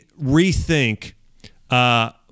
rethink